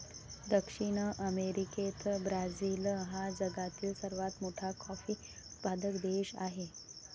दक्षिण अमेरिकेत ब्राझील हा जगातील सर्वात मोठा कॉफी उत्पादक देश आहे